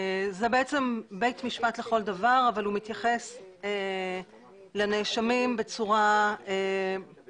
זה בית משפט לכל דבר אבל הוא מתייחס לנאשמים בצורה שיקומית.